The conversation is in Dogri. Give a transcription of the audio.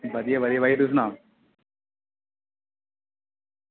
बधिया बधिया भाई तू सना